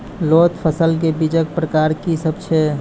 लोत फसलक बीजक प्रकार की सब अछि?